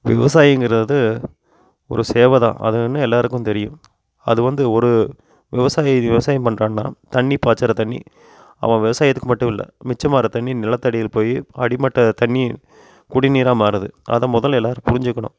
விவசாயிங்கிறது ஒரு சேவை தான் அது வந்து எல்லோருக்கும் தெரியும் அது வந்து ஒரு விவசாயி விவசாயம் பண்ணுறான்னா தண்ணி பாய்ச்சிர தண்ணி அவன் விவசாயத்துக்கு மட்டும் இல்லை மிச்சமாகிற தண்ணி நிலத்தடியில் போய் அடிமட்ட தண்ணி குடிநீராக மாறுது அதை முதல்ல எல்லோரும் புரிஞ்சுக்கணும்